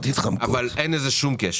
אבל אין לזה שום קשר.